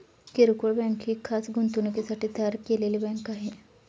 किरकोळ बँक ही खास गुंतवणुकीसाठी तयार केलेली बँक आहे